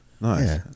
Nice